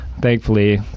thankfully